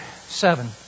seven